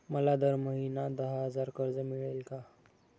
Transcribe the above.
मला दर महिना दहा हजार कर्ज मिळेल का?